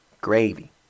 Gravy